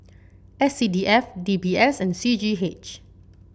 S C D F D B S and C G H